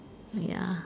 ya